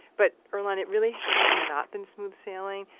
but earlonne it really has not been smooth sailing.